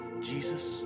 Jesus